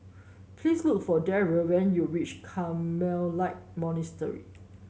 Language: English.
please look for Daryl when you reach Carmelite Monastery